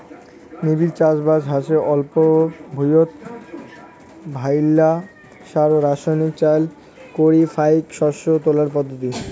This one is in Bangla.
নিবিড় চাষবাস হসে অল্প ভুঁইয়ত ভাইল্লা সার ও রাসায়নিক চইল করি ফাইক শস্য তোলার পদ্ধতি